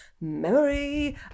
memory